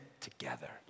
together